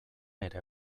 ere